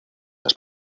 las